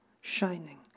shining